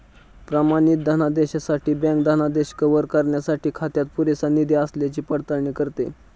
प्रमाणित धनादेशासाठी बँक धनादेश कव्हर करण्यासाठी खात्यात पुरेसा निधी असल्याची पडताळणी करते